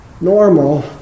normal